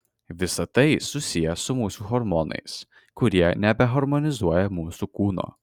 visa tai susiję su mūsų hormonais kurie nebeharmonizuoja mūsų kūno